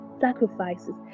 sacrifices